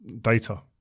data